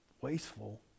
wasteful